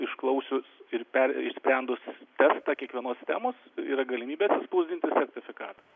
išklausius ir per išsprendus testą kiekvienos temos yra galimybė atsispausdinti sertifikatą